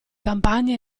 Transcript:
campagne